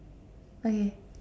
okay